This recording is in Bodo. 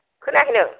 खोनायाखै नों